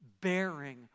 bearing